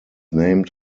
named